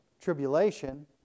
tribulation